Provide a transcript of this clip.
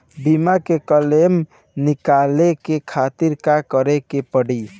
बीमा के क्लेम निकाले के खातिर का करे के पड़ी?